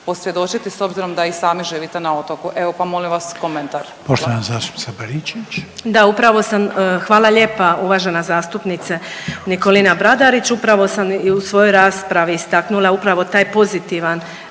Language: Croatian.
posvjedočiti s obzirom da i sami živite na otoku. Evo pa molim vas komentar. **Reiner, Željko (HDZ)** Poštovana zastupnica Baričević. **Baričević, Danica (HDZ)** Da upravo sam, hvala lijepa uvažena zastupnice Nikolina Bradarić, upravo sam i u svojoj raspravi istaknula upravo taj pozitivan